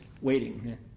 waiting